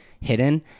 hidden